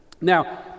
Now